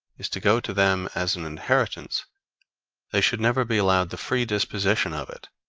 is to go to them as an inheritance they should never be allowed the free disposition of it.